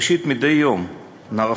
ראשית, מדי יום נערכות